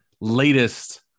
latest